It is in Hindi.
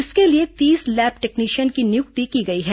इसके लिए तीस लैब टेक्नीशियन की नियुक्ति की गई है